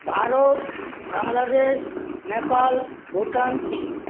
ভারত বাংলাদেশ নেপাল ভুটান চিন